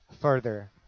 further